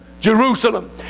Jerusalem